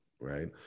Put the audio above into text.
right